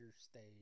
stage